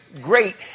great